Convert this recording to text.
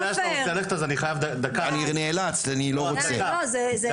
זה לא יפה.